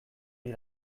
hil